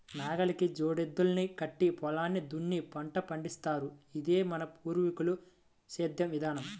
నాగలికి జోడెద్దుల్ని కట్టి పొలాన్ని దున్ని పంట పండిత్తారు, ఇదే మన పూర్వీకుల సేద్దెం విధానం